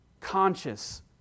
conscious